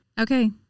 Okay